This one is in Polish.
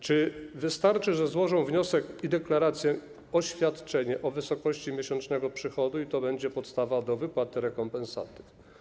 Czy wystarczy, że złożą wniosek i deklarację, oświadczenie o wysokości miesięcznego przychodu, i to będzie podstawa do wypłaty rekompensaty?